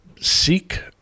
seek